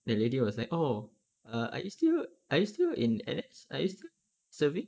that lady was like oh err are you still are you still in N_S are you still serving